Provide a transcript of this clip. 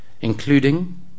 including